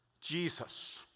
Jesus